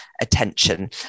attention